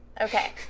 Okay